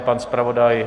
Pan zpravodaj?